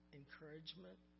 encouragement